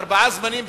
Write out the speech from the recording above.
בארבעה זמנים,